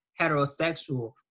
heterosexual